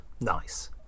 Nice